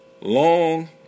long